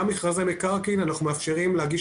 גם מכרזי מקרקעין אנחנו מאפשרים להגיש